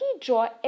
draw